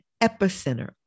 epicenter